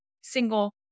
single